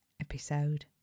episode